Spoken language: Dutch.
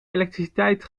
elektriciteit